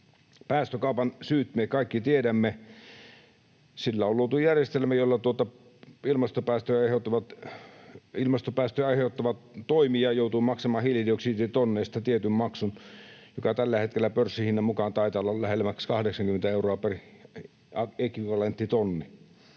Päästökaupan syyt me kaikki tiedämme. Sillä on luotu järjestelmä, jossa ilmastopäästöjä aiheuttava toimija joutuu maksamaan hiilidioksiditonneista tietyn maksun, joka tällä hetkellä pörssihinnan mukaan taitaa olla lähemmäs 80 euroa per ekvivalenttitonni.